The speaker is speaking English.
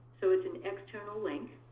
so it's an external link,